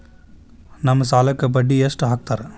ನಮ್ ಸಾಲಕ್ ಬಡ್ಡಿ ಎಷ್ಟು ಹಾಕ್ತಾರ?